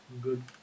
good